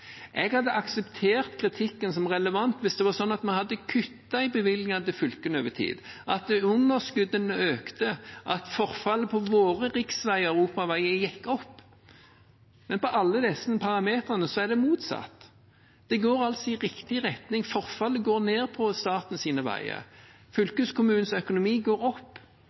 Jeg hadde akseptert kritikken som relevant hvis vi over tid hadde kuttet i bevilgningene til fylkene, hvis underskuddene hadde økt, hvis forfallet på våre riksveier og europaveier hadde gått opp, men for alle disse parameterne er det motsatt. Det går i riktig retning: Forfallet på statens veier går ned, fylkeskommunenes økonomi går opp.